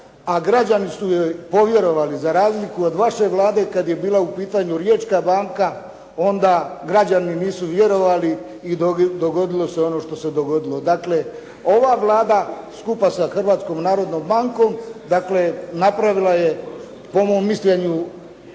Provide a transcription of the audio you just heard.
građani su joj povjerovali za razliku od vaše vlade kad je bila u pitanju Riječka banka, onda građani nisu vjerovali i dogodilo se ono što se dogodilo. Dakle, ova Vlada skupa sa Hrvatskom narodnom bankom, dakle napravila je po mom mišljenju